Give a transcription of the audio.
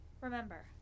Remember